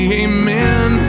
amen